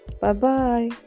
Bye-bye